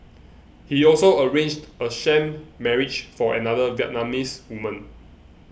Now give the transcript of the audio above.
he also arranged a sham marriage for another Vietnamese woman